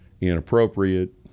Inappropriate